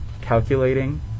calculating